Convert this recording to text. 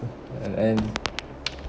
and and